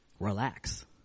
relax